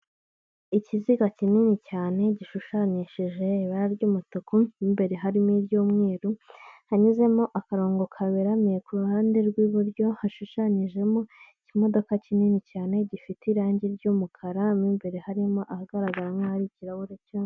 Ikiziga kinini cyane gishushanyishije ibara ry'umutuku mu imbere harimo iry'umweru, hanyuzemo akarongo kaberamiye ku ruhande rw'iburyo, hashushanyijemo ikimodoka kinini cyane gifite irange ry'umukara, mu imbere harimo ahagaragara nk'ahari ikirahure cya